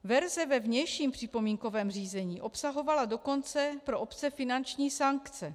Verze ve vnějším připomínkovém řízení obsahovala dokonce pro obce finanční sankce.